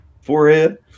forehead